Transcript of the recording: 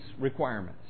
requirements